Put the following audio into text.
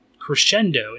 crescendo